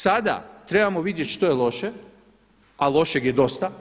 Sada trebamo vidjeti što je loše, a lošeg je dosta.